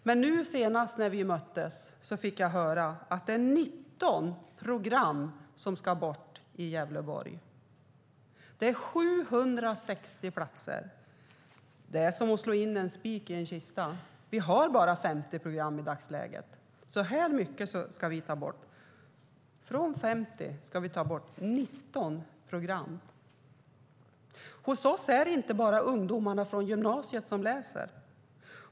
Men när vi senast möttes fick jag höra att det är 19 program som ska bort i Gävleborg. Det är 760 platser. Det är som att slå in spiken i kistan. Vi har bara 50 program i dagsläget. Av 50 program ska vi ta bort 19. Hos oss är det inte bara ungdomarna från gymnasiet som läser.